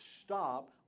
stop